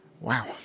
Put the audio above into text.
Wow